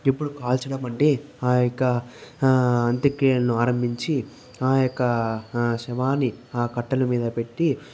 ఇప్పడు కాల్చడం అంటే ఆ యొక్క అంత్యక్రియలను ఆరంభించి ఆ యొక్క శవాన్ని ఆ కట్టెల మీద పెట్టి